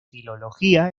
filología